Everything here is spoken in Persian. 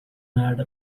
مرد